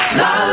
la